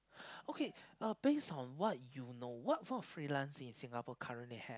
okay uh base on what you know what form of freelance in Singapore currently have